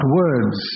words